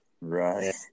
right